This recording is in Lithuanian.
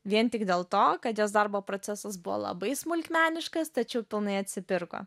vien tik dėl to kad jos darbo procesas buvo labai smulkmeniškas tačiau pilnai atsipirko